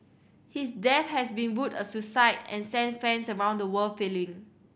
his death has been ruled a suicide and sent fans around the world reeling